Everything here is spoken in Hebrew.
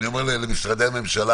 אני אומר את זה למשרדי הממשלה.